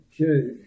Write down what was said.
Okay